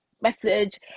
message